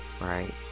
right